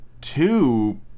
two